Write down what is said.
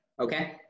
okay